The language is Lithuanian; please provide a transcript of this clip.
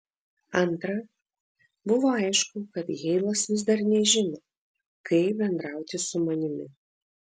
antra buvo aišku kad heilas vis dar nežino kaip bendrauti su manimi